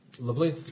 Lovely